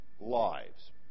lives